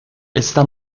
esta